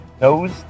Nose